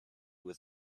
with